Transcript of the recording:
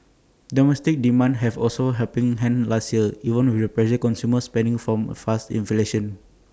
domestic demand have also helping hand last year even with the pressure consumer spending from faster inflation